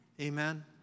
Amen